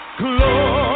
glory